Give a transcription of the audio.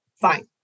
fine